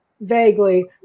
vaguely